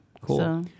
cool